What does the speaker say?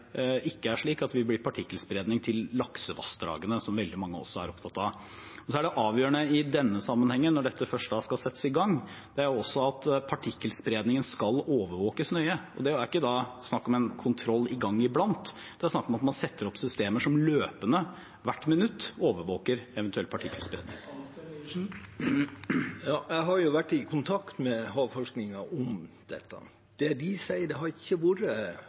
ikke er slik at det vil bli partikkelspredning til laksevassdragene, som veldig mange også er opptatt av. Det avgjørende i denne sammenhengen, når dette først skal settes i gang, er at partikkelspredningen skal overvåkes nøye. Og det er ikke snakk om kontroll en gang i blant. Det er snakk om at man setter opp systemer som løpende, hvert minutt, overvåker eventuell partikkelspredning. Jeg har vært i kontakt med Havforskningsinstituttet om dette. Det de sier, er at det ikke har vært